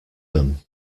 them